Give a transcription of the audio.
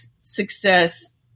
success